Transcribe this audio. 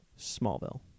Smallville